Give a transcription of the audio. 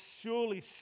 surely